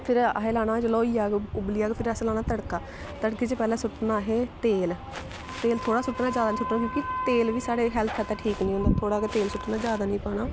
फिर असें लाना जेल्लै होई जाह्ग उब्बली जाह्ग फिर असें लाना तड़का तड़की च पैह्लें सुट्टना असें तेल तेल थोह्ड़ा सुट्टना ज्यादा सुट्टना क्योकि तेल बी साढ़े हैल्थ आस्तै ठीक निं होंदा ना थोह्ड़ा तेल सुट्टना ज्यादा निं पाना